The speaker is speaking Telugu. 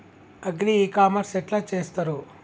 అగ్రి ఇ కామర్స్ ఎట్ల చేస్తరు?